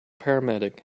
paramedic